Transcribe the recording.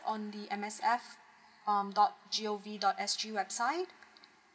on the M_S_F um dot G O V dot S G website